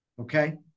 Okay